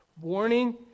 Warning